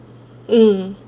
mm